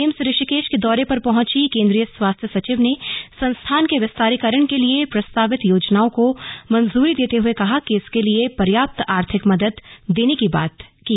AIIMS Rishikesh के दौरे पर पहंचीं केंद्रीय स्वास्थ्य सचिव ने संस्थान के विस्तारीकरण के लिए प्रस्तावित योजनाओं को मंजूरी देते हए इसके लिए पर्याप्त आर्थिक मदद देने की बात कही